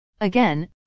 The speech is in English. Again